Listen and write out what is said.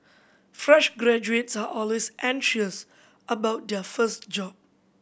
fresh graduates are always anxious about their first job